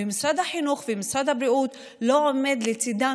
ומשרד החינוך ומשרד הבריאות לא יעמוד לצידם